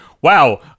wow